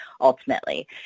ultimately